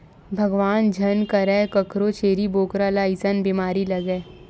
भगवान झन करय कखरो छेरी बोकरा ल अइसन बेमारी लगय